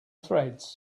threads